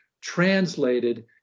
translated